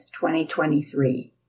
2023